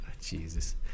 Jesus